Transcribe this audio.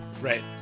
Right